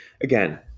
Again